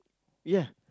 ya